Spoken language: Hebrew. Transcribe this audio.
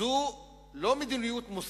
וזו לא מדיניות מוסווית,